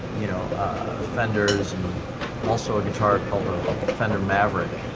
you know offenders also a guitar color offender maverick,